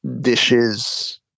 dishes